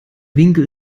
winkel